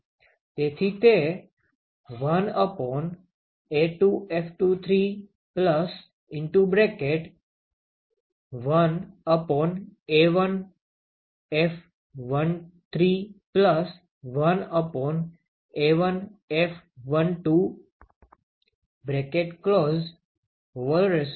તેથી તે 1A2F231A1F131A1F12 1 થશે